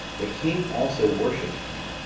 the king also worshipped him,